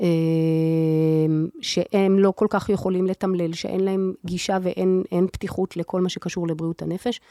שהם לא כל כך יכולים לתמלל, שאין להם גישה ואין פתיחות לכל מה שקשור לבריאות הנפש.